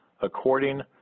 according